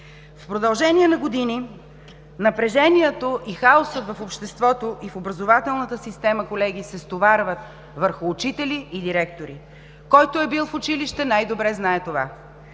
В продължение на години напрежението и хаосът в обществото и в образователната система, колеги, се стоварват върху учители и директори. Който е бил в училище, най-добре знае това.